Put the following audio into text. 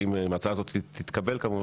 אם ההצעה הזאת תתקבל כמובן.